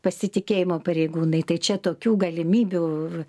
pasitikėjimo pareigūnai tai čia tokių galimybių